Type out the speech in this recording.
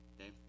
Okay